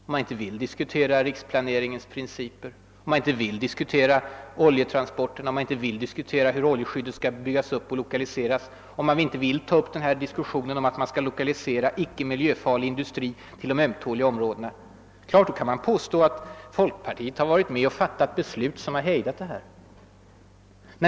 När man inte vill diskutera riksplaneringens principer, om man inte vill diskutera oljetransporterna, om man inte vill diskutera hur oljeskyddet skall byggas upp och lokaliseras, om man inte vill ta upp diskussionen om att lokalisera icke miljöfarlig industri till de ömtåliga områdena, är det klart, att man kan påstå, att folkpartiet har varit med och fattat beslut som har hejdat utvecklingen.